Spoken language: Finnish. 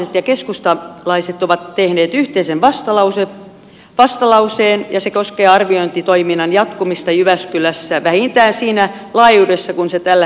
perussuomalaiset ja keskustalaiset ovat tehneet yhteisen vastalauseen ja se koskee arviointitoiminnan jatkumista jyväskylässä vähintään siinä laajuudessa kuin se tällä hetkellä on